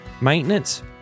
maintenance